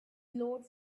glowed